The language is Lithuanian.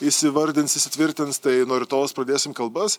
įsivardins įsitvirtins tai nuo rytojaus pradėsim kalbas